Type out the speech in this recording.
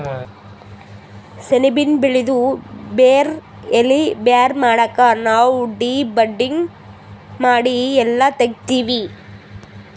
ಸೆಣಬಿನ್ ಬೆಳಿದು ಬೇರ್ ಎಲಿ ಬ್ಯಾರೆ ಮಾಡಕ್ ನಾವ್ ಡಿ ಬಡ್ಡಿಂಗ್ ಮಾಡಿ ಎಲ್ಲಾ ತೆಗಿತ್ತೀವಿ